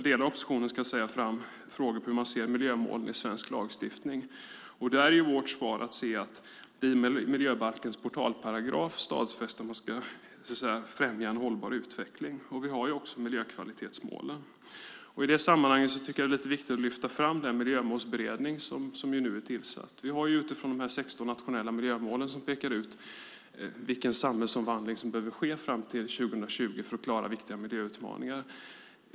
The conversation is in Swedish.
Delar av oppositionen lyfter fram frågor om hur man ser på miljömålen i svensk lagstiftning. Vårt svar är att det med miljölagens portalparagraf är stadfäst att man ska främja en hållbar utveckling. Vi har också miljökvalitetsmålen. I sammanhanget tycker jag att det är viktigt att lyfta fram den miljömålsberedning som nu är tillsatt. Vi har utifrån de 16 nationella miljömålen pekat ut vilken samhällsomvandling som behöver ske fram till 2020 för att klara viktiga miljöutmaningar.